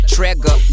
Trigger